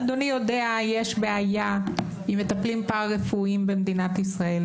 אדוני יודע באופן כללי יש בעיה עם מטפלים פרא-רפואיים במדינת ישראל,